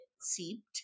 seeped